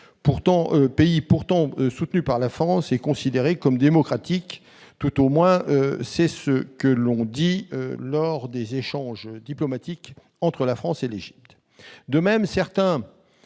pays pourtant soutenu par la France et considéré comme démocratique -c'est du moins ce que l'on dit lors des échanges diplomatiques entre la France et l'Égypte.